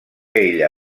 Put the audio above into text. ella